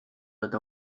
wird